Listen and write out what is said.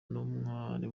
n’umwari